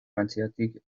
frantziatik